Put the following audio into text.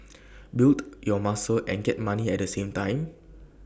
build your muscles and get money at the same time